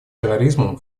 терроризмом